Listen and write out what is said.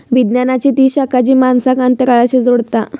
विज्ञानाची ती शाखा जी माणसांक अंतराळाशी जोडता